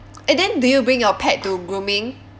eh then do you bring your pet to grooming